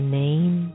name